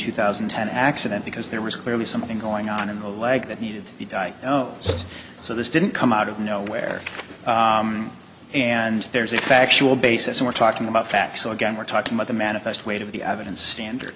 two thousand and ten accident because there was clearly something going on in the leg that needed oh so this didn't come out of nowhere and there's a factual basis we're talking about facts so again we're talking about the manifest weight of the evidence standard